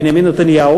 בנימין נתניהו,